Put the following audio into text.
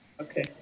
Okay